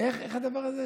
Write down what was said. איך הדבר הזה קורה?